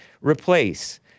Replace